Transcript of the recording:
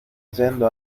yendo